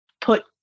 put